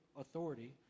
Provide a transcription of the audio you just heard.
authority